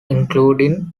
including